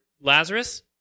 Lazarus